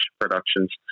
Productions